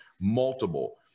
multiple